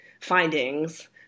findings